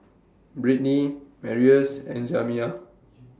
Britney Marius and Jamiya